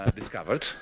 discovered